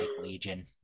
Legion